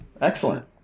Excellent